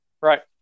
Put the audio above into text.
Right